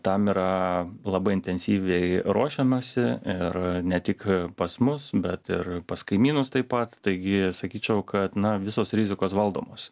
tam yra labai intensyviai ruošiamasi ir ne tik pas mus bet ir pas kaimynus taip pat taigi sakyčiau kad na visos rizikos valdomos